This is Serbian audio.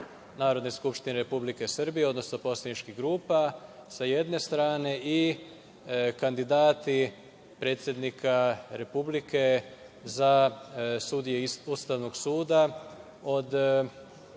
Narodne skupštine Republike Srbije, odnosno poslaničkih grupa, sa jedne strane i kandidati predsednika Republike za sudije ispostavnog suda. Od